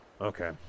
Okay